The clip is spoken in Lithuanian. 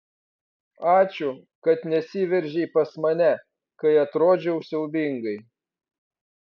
ačiū kad nesiveržei pas mane kai atrodžiau siaubingai